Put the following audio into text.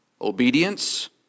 obedience